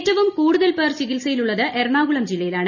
ഏറ്റവും കൂടുതൽ പേർ ചികിത്സയിലുള്ളത് എറണാകുളം ജില്ലയിലാണ്